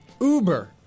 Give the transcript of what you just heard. Uber